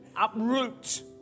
uproot